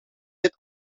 dit